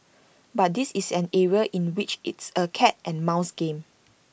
but this is an area in which it's A cat and mouse game